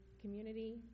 community